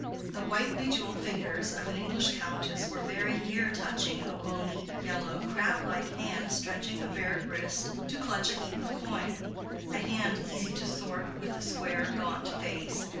the white bejewelled fingers of an english countess were very near touching a bony, yellow, crab-like hand stretching a bared wrist to clutch a heap of coin a hand easy to sort with the square, gaunt face,